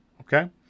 Okay